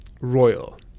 royal